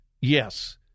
Yes